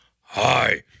Hi